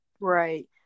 Right